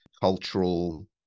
cultural